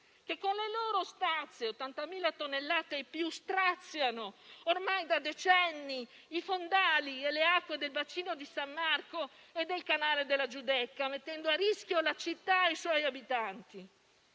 che, con le loro stazze (80.000 tonnellate e più), straziano ormai da decenni i fondali e le acque del bacino di San Marco e del canale della Giudecca, mettendo a rischio la città e i suoi abitanti.